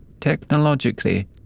technologically